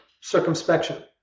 circumspection